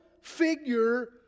figure